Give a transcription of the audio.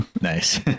Nice